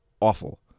Awful